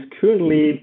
currently